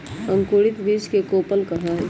अंकुरित बीज के कोपल कहा हई